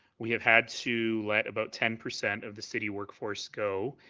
we have had to let about ten percent of the city workforce go.